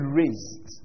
raised